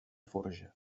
forja